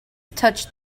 touched